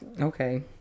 Okay